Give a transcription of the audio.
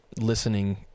listening